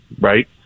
right